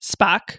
Spock